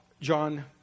John